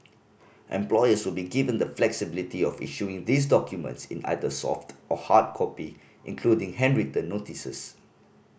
employers will be given the flexibility of issuing these documents in either soft or hard copy including handwritten notices